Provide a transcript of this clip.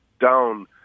down